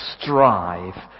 strive